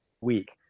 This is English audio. week